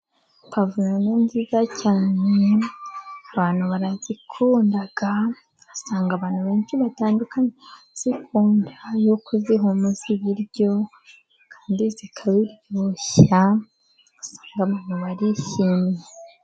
Puwavuro ni nziza cyane abantu barazikunda. Usanga abantu benshi batandukanye bazikunda, yuko zihumuza ibiryo kandi zikabiryoshya, ugasanga abantu barishimye.